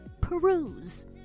peruse